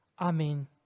Amen